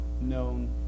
known